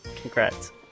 Congrats